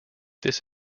this